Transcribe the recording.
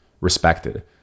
respected